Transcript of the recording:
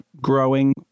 growing